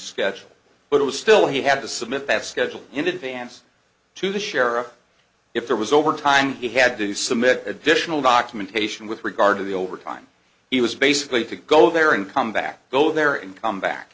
schedule but it was still he had to submit that schedule in advance to the sheriff if there was over time he had to submit additional documentation with regard to the overtime he was basically to go there and come back go there and come back